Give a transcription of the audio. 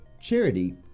charity